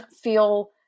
feel